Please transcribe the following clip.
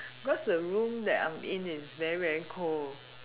cause the room that I'm in is very very cold